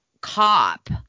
cop